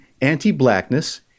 anti-blackness